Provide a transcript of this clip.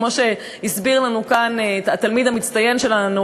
כמו שהסביר לנו כאן התלמיד המצטיין שלנו,